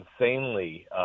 insanely